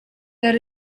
that